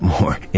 more